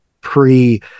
pre